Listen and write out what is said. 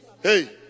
Hey